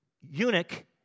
eunuch